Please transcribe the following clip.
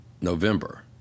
November